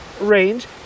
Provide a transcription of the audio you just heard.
range